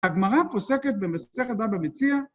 הגמרא פוסקת במסכת בבא מציעא.